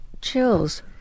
chills